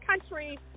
country